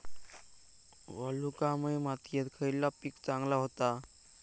वालुकामय मातयेत खयला पीक चांगला होता?